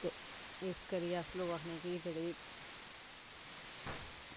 ते इस करियै अस लोग आखने कि एह् जेह्ड़ी